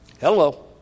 Hello